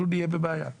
אנחנו נהיה בבעיה.